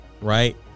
right